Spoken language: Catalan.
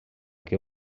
que